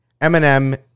Eminem